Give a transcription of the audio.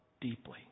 deeply